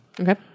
Okay